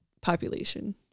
population